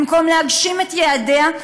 במקום להגשים את יעדיה,